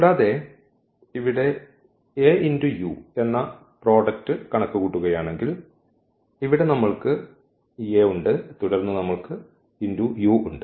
കൂടാതെ ഇവിടെ Au എന്ന പ്രോഡക്ട് കണക്കുകൂട്ടുകയാണെങ്കിൽ ഇവിടെ നമ്മൾക്ക് ഈ A ഉണ്ട് തുടർന്ന് നമ്മൾക്ക് ഈ u ഉണ്ട്